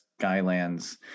Skylands